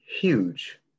huge